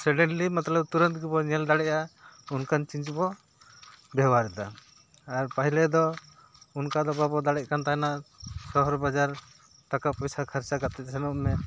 ᱥᱟᱰᱮᱱᱞᱤ ᱢᱚᱛᱞᱚᱵ ᱛᱩᱨᱟᱹᱛ ᱜᱮᱵᱚᱱ ᱧᱮᱞ ᱫᱟᱲᱮᱭᱟᱜᱼᱟ ᱚᱱᱠᱟᱱ ᱪᱤᱡᱽ ᱵᱚ ᱵᱮᱣᱦᱟᱨᱮᱫᱟ ᱟᱨ ᱯᱟᱦᱞᱮ ᱫᱚ ᱚᱱᱠᱟ ᱫᱚ ᱵᱟᱵᱚ ᱫᱟᱲᱮᱜ ᱠᱟᱱ ᱛᱟᱦᱮᱱᱟ ᱥᱚᱦᱚᱨ ᱵᱟᱡᱟᱨ ᱴᱟᱠᱟ ᱯᱚᱭᱥᱟ ᱠᱷᱚᱨᱪᱟ ᱠᱟᱛᱮ ᱥᱮᱱᱚᱜ ᱢᱮ